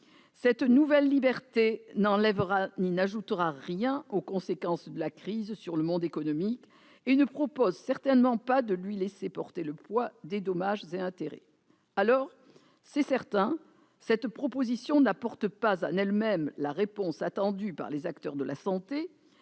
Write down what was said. Cette nouvelle liberté n'enlèvera ni n'ajoutera rien aux conséquences de la crise sur le monde économique et ne vise certainement pas à lui laisser porter le poids des dommages et intérêts. Certes, cette proposition n'apporte pas en elle-même la réponse attendue par les acteurs de la santé